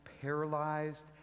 paralyzed